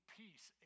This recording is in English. peace